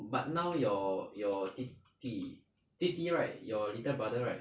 but now your your 弟弟弟弟 right your little brother right